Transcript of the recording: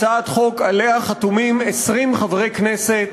הצעת חוק שחתומים עליה 20 חברי כנסת,